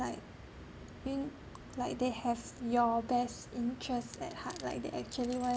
like when like they have your best interest at heart like they actually want